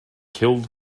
killed